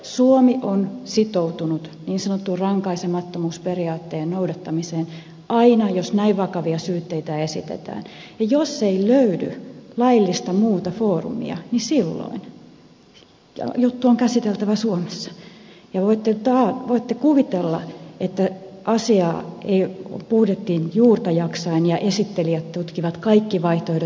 suomi on sitoutunut niin sanottuun rankaisemattomuusperiaatteen noudattamiseen aina jos näin vakavia syytteitä esitetään ja jos ei löydy muuta laillista foorumia niin silloin juttu on käsiteltävä suomessa ja voitte kuvitella että asiaa pohdittiin juurta jaksain ja esittelijät tutkivat kaikki vaihtoehdot